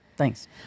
Thanks